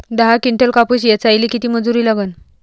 दहा किंटल कापूस ऐचायले किती मजूरी लागन?